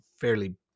fairly